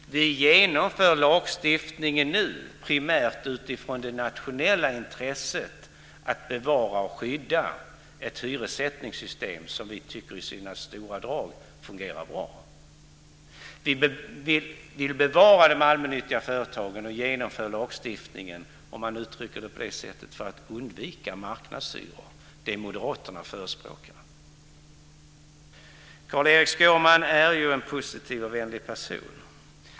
Vi genomför lagstiftningen nu primärt utifrån det nationella intresset av att bevara och skydda ett hyressättningssystem som vi tycker i stora drag fungerar bra. Vi vill bevara de allmännyttiga företagen och genomför - låt mig uttrycka det så - lagstiftningen för att undvika marknadshyror, det som moderaterna förespråkar. Carl-Erik Skårman är ju en positiv och vänlig person.